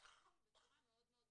בצורה מאוד מסודרת,